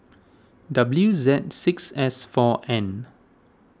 W Z six S four N